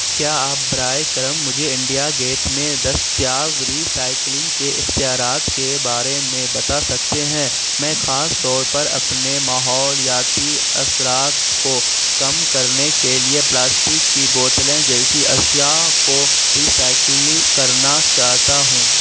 کیا آپ برائے کرم مجھے انڈیا گیٹ میں دستیاب ریسائیکلنگ کے اختیارات کے بارے میں بتا سکتے ہیں میں خاص طور پر اپنے ماحولیاتی اثرات کو کم کرنے کے لیے پلاسٹک کی بوتلیں جیسی اشیاء کو ریسائیکلی کرنا چاہتا ہوں